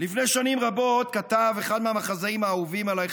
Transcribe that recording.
לפני שנים רבות כתב אחד מהמחזאים האהובים עליי,